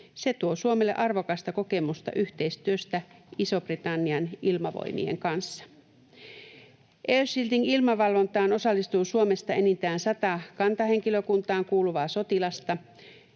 Se tuo Suomelle arvokasta kokemusta yhteistyöstä Ison-Britannian ilmavoimien kanssa. Air shielding ‑ilmavalvontaan osallistuu Suomesta enintään sata kantahenkilökuntaan kuuluvaa sotilasta.